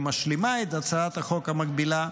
הוא משלים את הצעת החוק המקבילה,